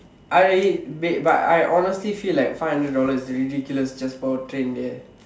I wait but I honestly feel like five hundred dollars is ridiculous just for a train there